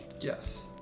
Yes